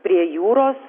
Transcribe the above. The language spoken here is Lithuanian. prie jūros